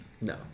No